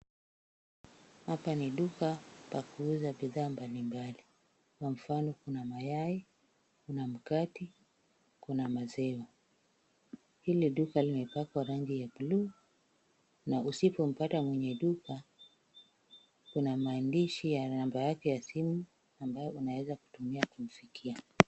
Hapa ni duka pa kuuza bidhaa mbali mbali kwa mfano kuna mayai, kuna mkate na kuna maziwa. Hili duka limepakwa rangi ya buluu na usipompata mwenye duka kuna maandishi ya namba yake ya simu ambayo unaweza kutumia kumfikia.